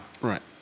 Right